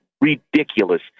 ridiculous